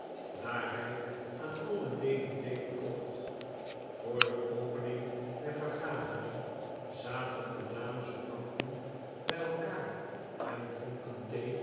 daar hij aan alle leden thee verkocht voor de opening der vergadering zaten de dames op banken bij elkaar en dronken